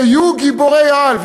היו גיבורי-על,